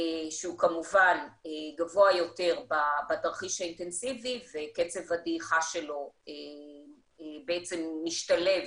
שזה כמובן גבוה יותר בתרחיש האינטנסיבי וקצב הדעיכה שלו בעצם משתלב